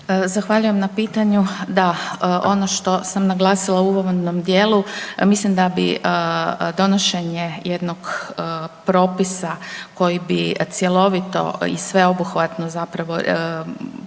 Zahvaljujem na pitanju. Da, ono što sam naglasila u uvodnom dijelu mislim da bi donošenje jednog propisa koji bi cjelovito i sveobuhvatno imao